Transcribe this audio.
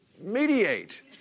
mediate